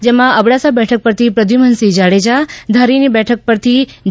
જેમાં અબડાસા બેઠક પરથી પ્રદ્યુમનસિંહ જાડેજા ધારીની બેઠક પરથી જે